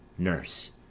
nurse.